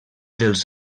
dels